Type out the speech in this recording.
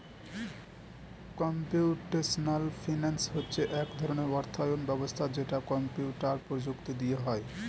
computational finance হচ্ছে এক ধরণের অর্থায়ন ব্যবস্থা যেটা কম্পিউটার প্রযুক্তি দিয়ে হয়